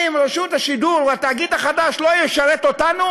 אם רשות השידור והתאגיד החדש לא ישרת אותנו,